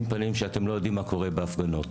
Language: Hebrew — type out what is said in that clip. פנים שאתם לא יודעים מה קורה בהפגנות.